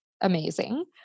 amazing